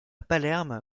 palerme